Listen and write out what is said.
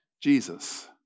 Jesus